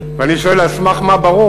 ואני שואל: על סמך מה ברור,